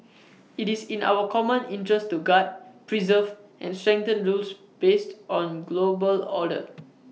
IT is in our common interest to guard preserve and strengthen rules based on global order